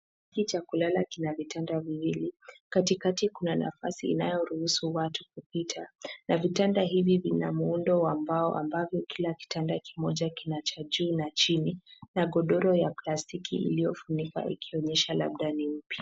Cha kulala kina vitanda viwili, katikati kuna nafasi inayoruhusu watu kupita na vitanda hivi vina muundo wa mbao ambavyo kila kitanda kimoja kina cha juu na chini na godoro ya plastiki iliyofunika ikionyesha labda ni mpya.